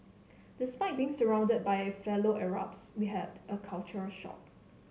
despite being surrounded by fellow Arabs we had a culture shock